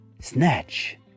Snatch